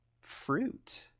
fruit